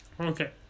Okay